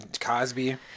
Cosby